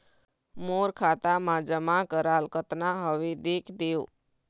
मोर खाता मा जमा कराल कतना हवे देख देव?